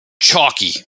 chalky